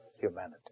humanity